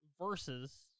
Versus